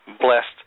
blessed